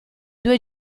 due